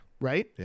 Right